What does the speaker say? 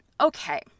Okay